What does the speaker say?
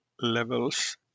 levels